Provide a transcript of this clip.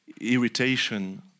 irritation